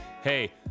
hey